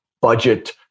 budget